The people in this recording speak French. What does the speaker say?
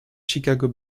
chicago